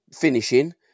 finishing